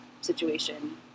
situation